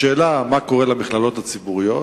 השאלה היא מה קורה למכללות הציבוריות